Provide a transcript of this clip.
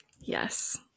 Yes